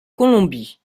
colombie